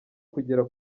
kugera